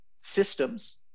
systems